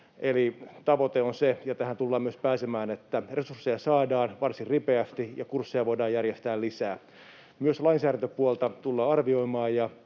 tavoite on se, ja tähän tullaan myös pääsemään, että resursseja saadaan varsin ripeästi ja kursseja voidaan järjestää lisää. Myös lainsäädäntöpuolta tullaan arvioimaan,